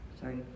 sorry